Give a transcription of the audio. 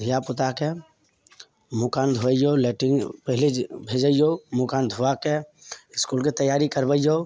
धिआपुता के मुहकान धोअइयौ लैट्रिन पहिले भेजियौ मुहकान धुआ के इसकुलके तैआरी करबैयौ